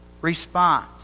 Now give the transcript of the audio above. response